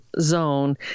zone